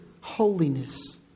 holiness